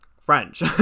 french